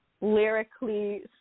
lyrically